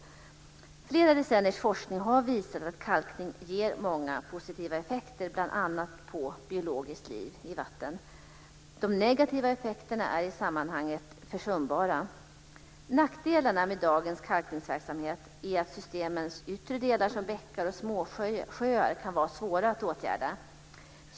Flera decenniers forskning har visat att kalkning ger många positiva effekter bl.a. på biologiskt liv i vatten. De negativa effekterna är i sammanhanget försumbara. Nackdelarna med dagens kalkningsverksamhet är att systemens yttre delar, såsom bäckar och småsjöar, kan vara svåra att åtgärda.